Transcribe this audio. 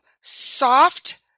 soft